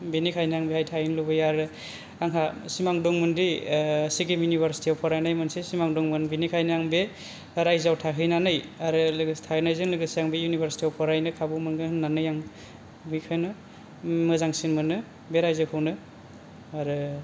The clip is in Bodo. बिनिखायनो आं बेहाय थाहैनो लुबैयो आरो आंहा सिमां दंमोन दि सिक्किम इउनिभार्सिटीयाव फरायनाय मोनसे सिमां दंमोन बिनिखायनो आं बे रायजोयाव थाहैनानै आरो लोगोसे थाहैनायजों लोगोसे आं बे इउनिभार्सिटीयाव फरायनो खाबु मोनगोन होननानै आं बिखौनो मोजांसिन मोनो बे रायजोखौनो आरो